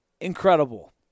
incredible